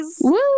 Woo